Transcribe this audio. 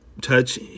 touch